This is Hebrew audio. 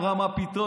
אמרה להם: מה פתאום,